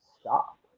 stop